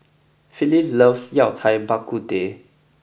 Phyllis loves Yao Cai Bak Kut Teh